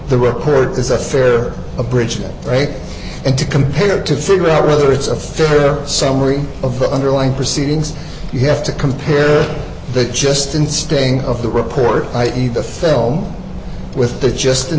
the record is a fair abridged break and to compare to figure out whether it's a fair summary of the underlying proceedings you have to compare that just in staying of the report i e the film with the just in